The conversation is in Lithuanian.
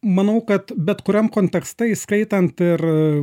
manau kad bet kuriam kontekste įskaitant ir